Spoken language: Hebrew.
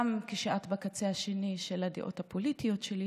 גם כשאת בקצה השני של הדעות הפוליטיות שלי.